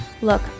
Look